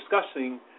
discussing